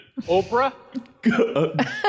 Oprah